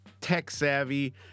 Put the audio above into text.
tech-savvy